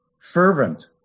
fervent